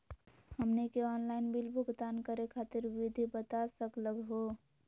हमनी के online bill भुगतान करे खातीर विधि बता सकलघ हो?